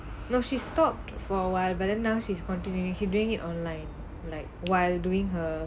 no she stopped for awhile but then now she's continuing she doing it online like while doing her